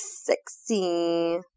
sexy